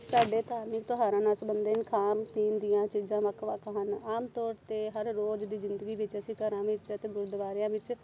ਸਾਡੇ ਧਾਰਮਿਕ ਤਿਉਹਾਰਾਂ ਨਾਲ ਸਬੰਧਿਤ ਖਾਣ ਪੀਣ ਦੀਆਂ ਚੀਜ਼ਾਂ ਵੱਖ ਵੱਖ ਹਨ ਆਮ ਤੌਰ 'ਤੇ ਹਰ ਰੋਜ਼ ਦੀ ਜ਼ਿੰਦਗੀ ਵਿੱਚ ਅਸੀਂ ਘਰਾਂ ਵਿੱਚ ਅਤੇ ਗੁਰਦੁਆਰਿਆਂ ਵਿੱਚ